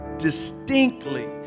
distinctly